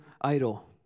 idol